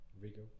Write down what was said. Rico